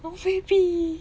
oh baby